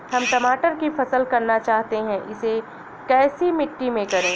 हम टमाटर की फसल करना चाहते हैं इसे कैसी मिट्टी में करें?